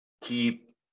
keep